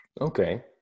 Okay